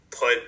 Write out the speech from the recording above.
put